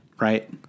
right